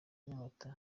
nyamata